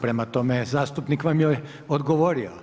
Prema tome, zastupnik vam je odgovorio.